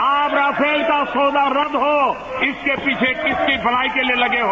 आज राफेल का सौदा रद्द हो इसके पीछे किसकी भलाई के लिए लगे हो